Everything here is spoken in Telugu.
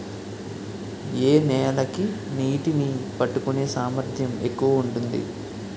ఏ నేల కి నీటినీ పట్టుకునే సామర్థ్యం ఎక్కువ ఉంటుంది?